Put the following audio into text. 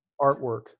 artwork